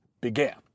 began